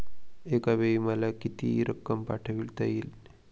एकावेळी मला किती रक्कम पाठविता येईल?